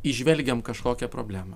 įžvelgiam kažkokią problemą